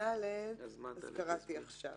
(ד) קראתי עכשיו.